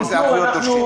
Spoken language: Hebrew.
אילו ערבויות דורשים?